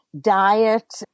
diet